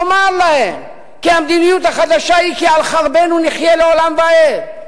תאמר להם כי המדיניות החדשה היא: כי על חרבנו נחיה לעולם ועד,